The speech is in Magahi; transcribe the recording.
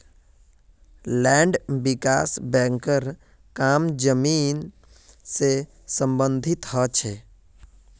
लैंड विकास बैंकेर काम जमीन से सम्बंधित ह छे